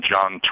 John